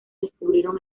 descubrieron